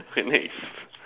okay next